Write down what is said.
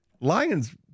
Lions